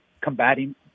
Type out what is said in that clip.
combating